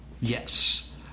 Yes